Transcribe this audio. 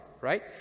right